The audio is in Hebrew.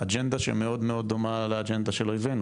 אג'נדה שמאוד מאוד דומה לאג'נדה של אויבנו